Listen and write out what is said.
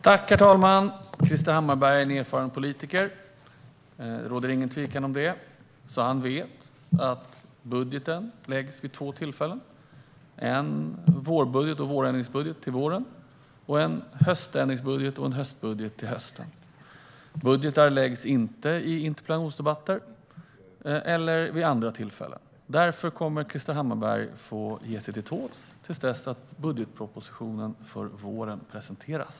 Herr talman! Krister Hammarbergh är en erfaren politiker. Det råder inget tvivel om det. Han vet alltså att budgeten läggs fram vid två tillfällen: en vårbudget och vårändringsbudget till våren och en höstbudget och höständringsbudget till hösten. Budgetar läggs inte fram i interpellationsdebatter eller vid andra tillfällen. Därför kommer Krister Hammarbergh att få ge sig till tåls till dess att budgetpropositionen för våren presenteras.